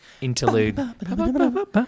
interlude